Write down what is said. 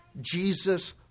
Jesus